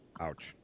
Ouch